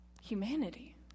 humanity